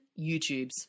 YouTubes